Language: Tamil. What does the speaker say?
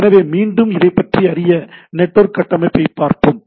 எனவே மீண்டும் இதைப்பற்றி அறிய நெட்வொர்க் கட்டமைப்பைப் பார்ப்போம்